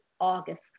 August